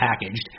packaged